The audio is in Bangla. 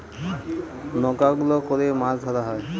নৌকা গুলো করে মাছ ধরা হয়